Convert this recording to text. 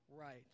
right